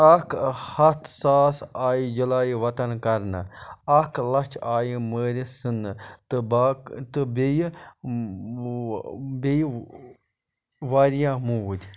اكھ ہتھ ساس آیہِ جلایہِ وطن کَرنہٕ اکھ لچھ آیہِ مٲرِتھ ژھُننہٕ تہٕ باق تہٕ بیٚیہ بیٚیہِ واریاہ موٗدۍ